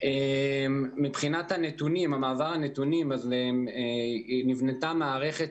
לעניין מעבר הנתונים נבנתה מערכת